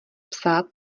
psát